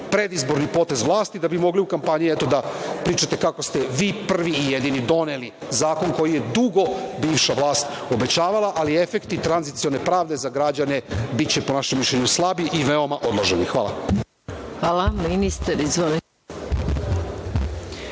predizborni potez vlasti, da bi mogli u kampanji, eto, da pričate kako ste vi prvi i jedini doneli zakon koji je dugo bivša vlast obećavala, ali efekti tranzicione pravde za građane biće po našem mišljenju slabi i veoma odloženi. Hvala. **Maja